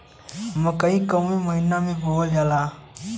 मकई कवने महीना में बोवल जाला?